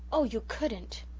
oh, you couldn't.